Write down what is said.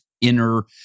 inner